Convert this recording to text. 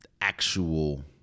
actual